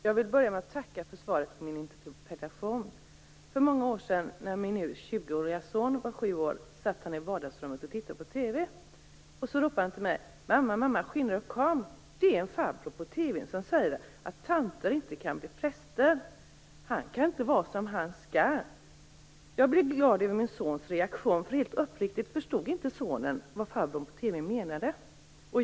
Fru talman! Jag vill börja med att tacka för svaret på min interpellation. För många år sedan när min nu 20-åriga son var sju år ropade han då han tittade på TV: Mamma, mamma, skynda, kom, det är en farbror i TV:n som säger att tanter inte kan bli präster. Han kan inte vara som han skall. Jag blev glad över min sons reaktion. Helt uppriktigt förstod inte sonen vad farbrorn i TV:n menade.